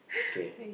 K